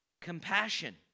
compassion